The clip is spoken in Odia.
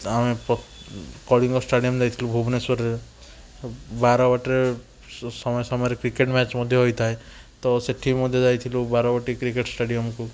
କଳିଙ୍ଗ ଷ୍ଟାଡ଼ିୟମ ଯାଇଥିଲୁ ଭୁବନେଶ୍ୱରରେ ବାରବାଟିରେ ସମୟ ସମୟରେ କ୍ରିକେଟ୍ ମ୍ୟାଚ୍ ମଧ୍ୟ ହୋଇଥାଏ ତ ସେଇଠି ମଧ୍ୟ ଯାଇଥିଲୁ ବାରବାଟି କ୍ରିକେଟ୍ ଷ୍ଟାଡ଼ିୟମକୁ